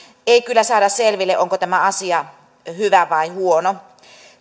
ei kyllä saada selville onko tämä asia hyvä vai huono